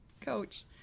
Coach